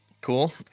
cool